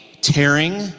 tearing